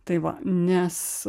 tai va nes